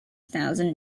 thousand